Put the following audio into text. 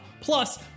Plus